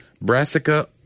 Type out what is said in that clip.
Brassica